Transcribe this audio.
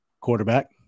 quarterback